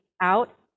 out